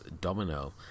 Domino